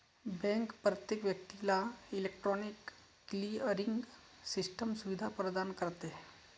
bank प्रत्येक व्यक्तीला electronic clearing system सुविधा प्रदान करते